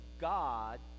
God